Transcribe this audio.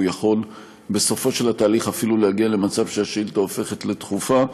הוא יכול בסופו של התהליך אפילו להגיע למצב שהשאילתה הופכת לדחופה.